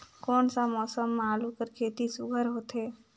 कोन सा मौसम म आलू कर खेती सुघ्घर होथे?